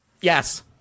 Yes